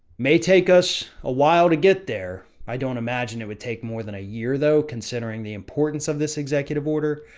may take us a while to get there. i don't imagine it would take more than a year though, considering the importance of this executive order,